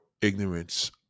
ignorance